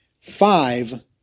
five